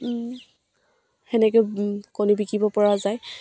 সেনেকেও কণী বিকিব পৰা যায়